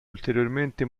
ulteriormente